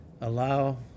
Allow